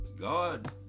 God